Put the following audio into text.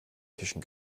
tischen